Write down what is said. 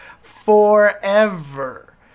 forever